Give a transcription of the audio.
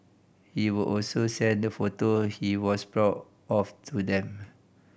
he would also send the photo he was proud of to them